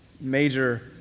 major